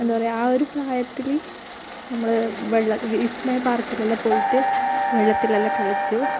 എന്താണ് പറയുക ആ ഒരു പ്രായത്തിൽ നമ്മൾ വെള്ളം വിസ്മയ പാര്ക്കിലെല്ലാം പോയിട്ട് വെള്ളത്തിലെല്ലാം കളിച്ചു